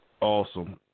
Awesome